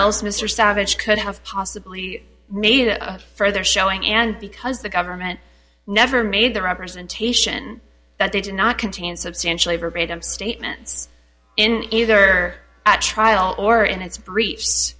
else mr savage could have possibly made a further showing and because the government never made the representation that they did not contain substantially verbatim statements in either at trial or in its br